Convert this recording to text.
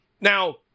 Now